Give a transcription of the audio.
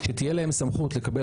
שתהיה להם סמכות לקבל